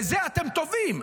בזה אתם טובים,